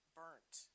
burnt